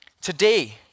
Today